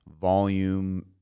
volume